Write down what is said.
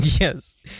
Yes